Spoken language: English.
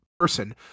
person